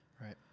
Right